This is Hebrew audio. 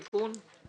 מה התיקון?